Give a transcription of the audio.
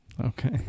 okay